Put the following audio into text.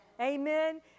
Amen